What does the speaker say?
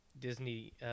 disney